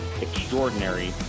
extraordinary